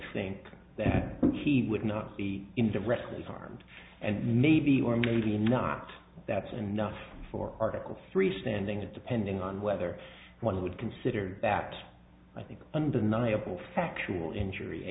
think that he would not be indirectly harmed and maybe or maybe not that's enough for article three standing to depending on whether one would consider that i think undeniable fact cruel injury